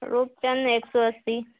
روپ چند ایک سو اسی